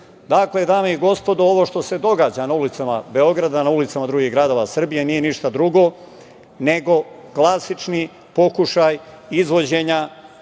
dame i gospodo ovo što se događa na ulicama Beograda, na ulicama drugih gradova Srbije nije ništa drugo nego klasični pokušaj izvođenja